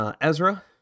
Ezra